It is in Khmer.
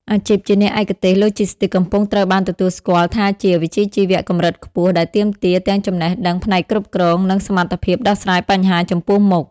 អាជីពជាអ្នកឯកទេសឡូជីស្ទីកកំពុងត្រូវបានទទួលស្គាល់ថាជាវិជ្ជាជីវៈកម្រិតខ្ពស់ ដែលទាមទារទាំងចំណេះដឹងផ្នែកគ្រប់គ្រង និងសមត្ថភាពដោះស្រាយបញ្ហាចំពោះមុខ។